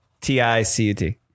t-i-c-u-t